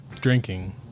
Drinking